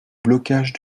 blocage